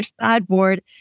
sideboard